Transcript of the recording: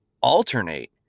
alternate